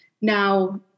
Now